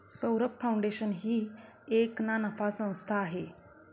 Saurabh foundation ही एक ना नफा संस्था आहे